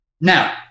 Now